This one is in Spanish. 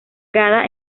cada